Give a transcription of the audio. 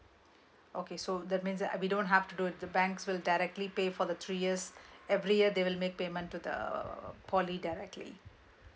okay so that means that we don't have to do the banks will directly pay for the three years every year they will make payment to the poly directly